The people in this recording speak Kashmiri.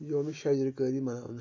یومہِ شجر کٲری مَناونہٕ